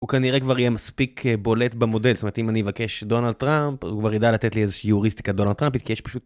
הוא כנראה כבר יהיה מספיק בולט במודל, זאת אומרת אם אני אבקש דונלד טראמפ הוא כבר ידע לתת לי איזושהי הוריסטיקה דונלד טראמפית כי יש פשוט...